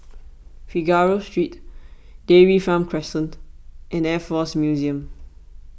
Figaro Street Dairy Farm Crescent and Air force Museum